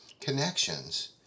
Connections